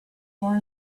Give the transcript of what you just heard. for